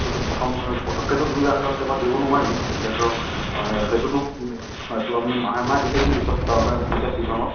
সেইটো প্ৰথম পটকেটো দিব নোৱাৰিম সেইটোতো হয়টো আমি মাহে মাহে দি থাকিম পিছত চিজনত